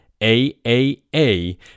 aaa